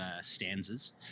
stanzas